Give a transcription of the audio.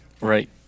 Right